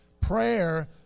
Prayer